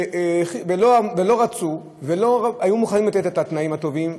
ולא היו מוכנים לתת את התנאים הטובים,